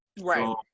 right